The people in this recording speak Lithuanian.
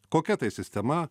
kokia tai sistema